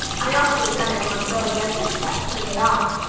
i ought to have done it long ago but i've just kept putting it off.